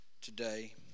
today